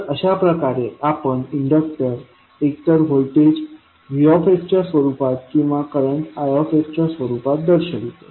तर अशाप्रकारे आपण इंडक्टर एकतर व्होल्टेज V च्या स्वरूपात किंवा करंट I च्या स्वरूपात दर्शवतो